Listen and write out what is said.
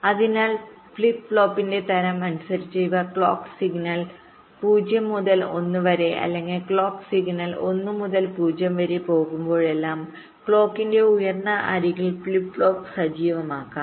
അതിനാൽ ഫ്ലിപ്പ് ഫ്ലോപ്പിന്റെ തരം അനുസരിച്ച് ഇവ ക്ലോക്ക് സിഗ്നൽ 0 മുതൽ 1 വരെ അല്ലെങ്കിൽ ക്ലോക്ക് സിഗ്നൽ 1 മുതൽ 0 വരെ പോകുമ്പോഴെല്ലാം ക്ലോക്കിന്റെ ഉയരുന്ന അരികിൽ ഫ്ലിപ്പ് ഫ്ലോപ്പ് സജീവമാക്കാം